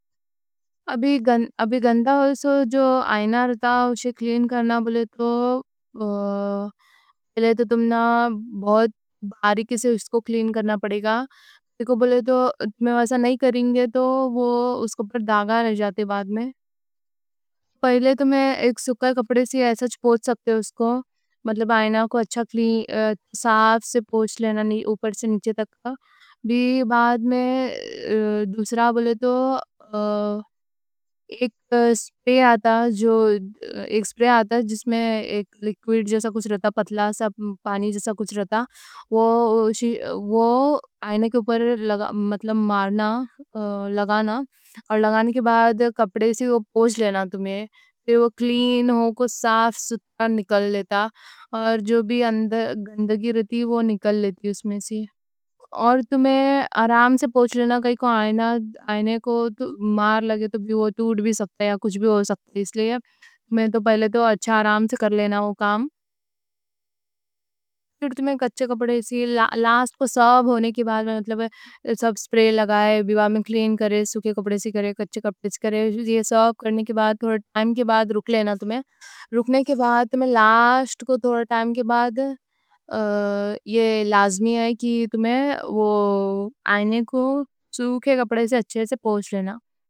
ابھی گندہ ہوئے تو جو آئینہ رہتا ہے اسے کلین کرنا بولے تو۔ پہلے تو تمنا بہت باریکی سے اس کو کلین کرنا پڑے گا۔ بولے تو ایسا نہیں کریں گے تو اس پر داغ رہ جاتے، بعد میں پہلے تمہیں ایک سوکھے کپڑے سے ایسا چھ پونچھ سکتے۔ اس کو مطلب آئینہ کو اچھا کلین۔ صاف سے پونچھ لینا، نہیں اوپر سے نیچے تک بھی۔ بعد میں دوسرا۔ بولے تو ایک سپرے آتا، جو ایک سپرے آتا جس میں ایک لیکوئیڈ جیسا کچھ رہتا، پتلا سا پانی جیسا کچھ رہتا وہ آئینہ کے اوپر مطلب مارنا لگانا اور لگانے کے بعد کپڑے سے پونچھ لینا۔ تمہیں تو وہ کلین ہو کوں صاف ستھرا نکل لیتا اور جو بھی گندگی رہتی وہ نکل لیتی اس میں سے اور تمہیں آرام سے پونچھ لینا، کائیں کوں آئینہ آئینے کو مار لگے تو ٹوٹ بھی سکتا ہے، کچھ بھی ہو سکتا ہے۔ اس لیے میں تو پہلے تو اچھا آرام سے کر لینا وہ کام، تمہیں کچے کپڑے سے لاسٹ کو صاف ہونے کے بعد مطلب ہے سب سپرے لگائے، بیوا میں کلین کرے، سوکھے کپڑے سے کرے، کچے کپڑے سے کرے۔ یہ سب کرنے کے بعد تھوڑا ٹائم کے بعد رکھ لینا تمہیں، رکھنے کے بعد تمہیں لاسٹ کو تھوڑا ٹائم کے بعد یہ لازمی ہے کہ تمہیں آئینہ کو سوکھے کپڑے سے اچھے سے پونچھ لینا۔